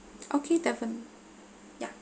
okay definite ya